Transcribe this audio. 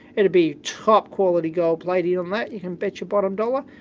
it'd be top-quality gold plating on that, you can bet your bottom dollar.